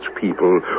people